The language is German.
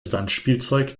sandspielzeug